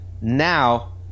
now